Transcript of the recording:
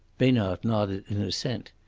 besnard nodded in assent,